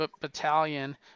Battalion